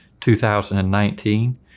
2019